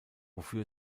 wofür